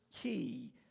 key